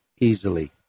easily